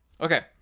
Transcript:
Okay